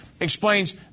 Explains